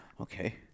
Okay